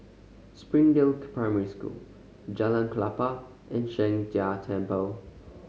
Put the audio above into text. Springdale Primary School Jalan Klapa and Sheng Jia Temple